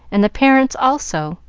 and the parents also,